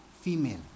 female